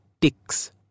ticks